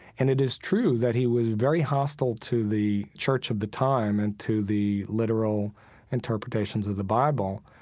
and it is true that he was very hostile to the church of the time and to the literal interpretations of the bible,